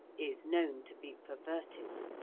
is known to be perverted.